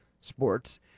sports